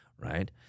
right